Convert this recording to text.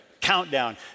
countdown